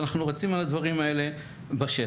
ואנחנו רצים על הדברים האלה בשטח.